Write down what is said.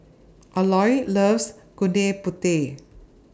Aloys loves Gudeg Putih